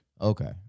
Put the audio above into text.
Okay